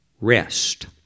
rest